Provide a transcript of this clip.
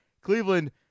Cleveland